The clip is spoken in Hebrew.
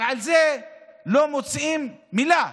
אבל על זה לא מוציאים מילה.